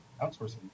outsourcing